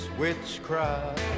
witchcraft